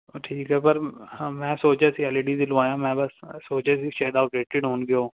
ਠੀਕ ਹੈ ਪਰ ਮੈਂ ਸੋਚ ਰਿਹਾ ਸੀ ਐੱਲ ਈ ਡੀ ਵੀ ਲਵਾਵਾਂ ਮੈਂ ਬਸ ਸੋਚ ਰਿਹਾ ਸੀ ਸ਼ਾਇਦ ਆਊਟਡੇਟਡ ਹੋਣਗੇ ਉਹ